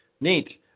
Neat